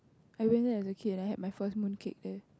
I went there as a kid and I had my first mooncake there